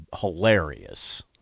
hilarious